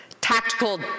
tactical